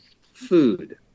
food